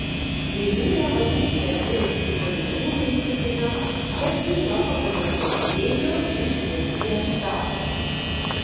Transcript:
įžūlią vagystę tiriantys pareigūnai tikina kad byla pagaliau pajudėjo iš mirties taško